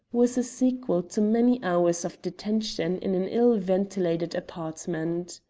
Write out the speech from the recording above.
was a sequel to many hours of detention in an ill-ventilated apartment.